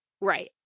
Right